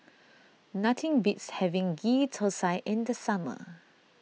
nothing beats having Ghee Thosai in the summer